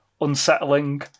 unsettling